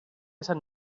sant